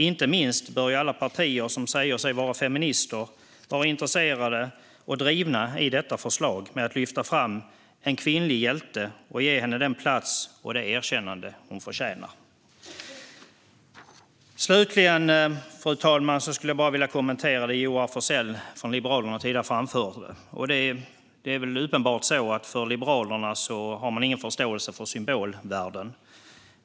Inte minst bör ju alla partier som säger sig vara feminister vara intresserade av och drivna i detta förslag att lyfta fram en kvinnlig hjälte och ge henne den plats och det erkännande hon förtjänar. Fru talman! Slutligen vill jag kommentera det Joar Forssell från Liberalerna tidigare framförde. Det är uppenbart att Liberalerna inte har någon förståelse för symbolvärden.